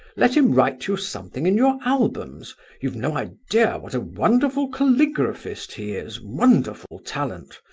let him write you something in your albums you've no idea what a wonderful caligraphist he is, wonderful talent!